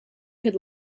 could